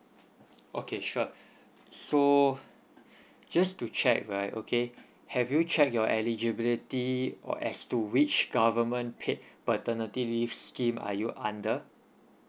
okay sure so just to check right okay have you check your eligibility or as to which government paid paternity leave scheme are you under